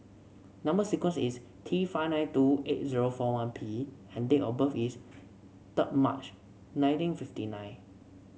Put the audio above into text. number sequence is T five nine two eight zero four one P and date of birth is three May nineteen fifty nine